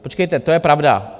Počkejte, to je pravda.